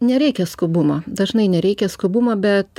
nereikia skubumo dažnai nereikia skubumo bet